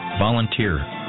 Volunteer